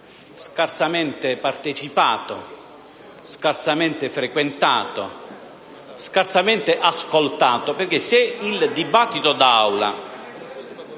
scarsamente partecipato, scarsamente frequentato e scarsamente ascoltato. Se infatti il dibattito d'Aula